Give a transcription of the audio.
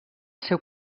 seu